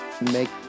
make